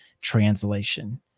translation